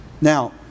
Now